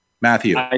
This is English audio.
Matthew